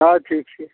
हँ ठीक छै